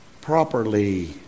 Properly